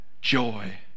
Joy